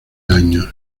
años